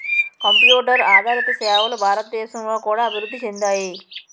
computer ఆదారిత సేవలు భారతదేశంలో కూడా అభివృద్ధి చెందాయి